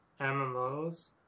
MMOs